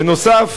בנוסף,